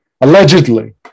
allegedly